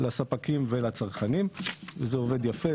לספקים ולצרכנים, זה עובד יפה.